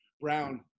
Brown